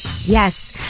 Yes